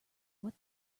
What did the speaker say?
what